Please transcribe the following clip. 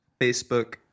Facebook